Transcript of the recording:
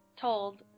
told